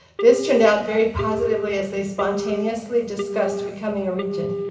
this turned out very positively as they spontaneously discussed becoming a region.